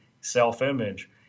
self-image